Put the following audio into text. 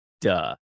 Duh